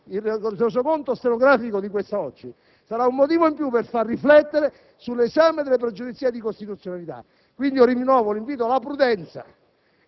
Il Resoconto stenografico di oggi sarà un motivo in più per far riflettere sull'esame delle pregiudiziali di costituzionalità. Quindi, rinnovo l'invito alla prudenza